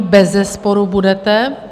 Bezesporu budete.